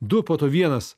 du po to vienas